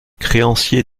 créanciers